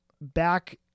back